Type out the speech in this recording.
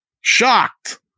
shocked